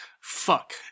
fuck